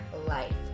life